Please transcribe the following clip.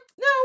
no